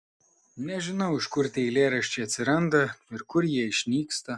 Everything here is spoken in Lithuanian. nežinau iš kur tie eilėraščiai atsiranda ir kur jie išnyksta